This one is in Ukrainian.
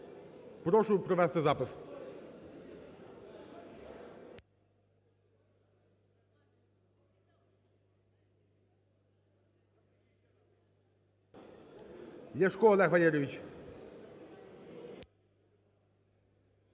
Прошу провести запис.